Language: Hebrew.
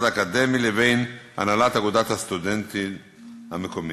האקדמי לבין הנהלת אגודת הסטודנטים המקומית.